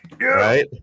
right